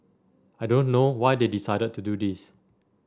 I don't know why they decided to do this